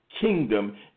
kingdom